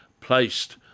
placed